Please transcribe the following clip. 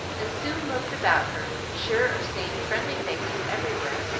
and soon looked about her, sure of seeing friendly faces everywhere.